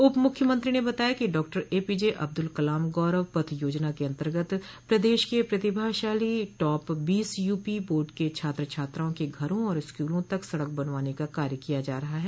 उपमुख्यमंत्री ने बताया कि डॉ एपीजे अब्दुल कलाम गौरव पथ योजना के अन्तर्गत प्रदेश के प्रतिभाशाली टॉप बीस यूपी बोर्ड के छात्र छात्राओं के घरों और स्कूलों तक सड़क बनवाने का कार्य किया जा रहा है